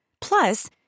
Plus